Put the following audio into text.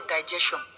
digestion